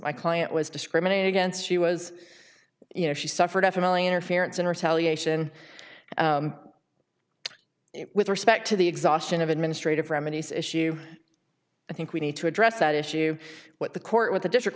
my client was discriminated against she was you know she suffered definitely interference in retaliation with respect to the exhaustion of administrative remedies issue i think we need to address that issue what the court with the district